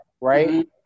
right